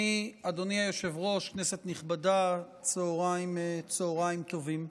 אדוני היושב-ראש, כנסת נכבדה, צוהריים טובים,